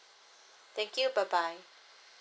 thank you bye bye